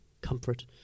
comfort